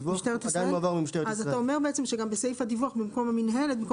אז נבטל את סעיף 28ב לחוק